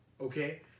Okay